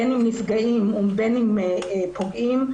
בין אם נפגעים ובין אם פוגעים,